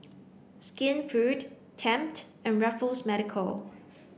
Skinfood Tempt and Raffles Medical